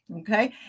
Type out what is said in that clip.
Okay